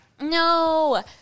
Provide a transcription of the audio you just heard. No